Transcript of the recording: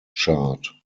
chart